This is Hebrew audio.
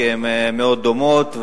כי הן מאוד דומות,